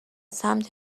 سمت